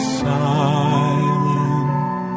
silent